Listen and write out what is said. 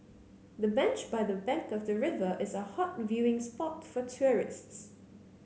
the bench by the bank of the river is a hot viewing spot for tourists